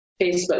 facebook